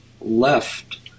left